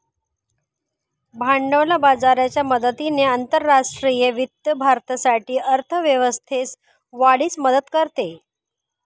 भांडवल बाजाराच्या मदतीने आंतरराष्ट्रीय वित्त भारतासाठी अर्थ व्यवस्थेस वाढीस मदत करते